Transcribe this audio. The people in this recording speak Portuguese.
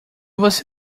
você